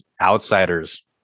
outsiders